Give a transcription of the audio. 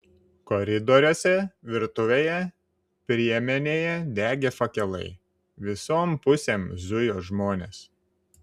koridoriuose virtuvėje priemenėje degė fakelai visom pusėm zujo žmonės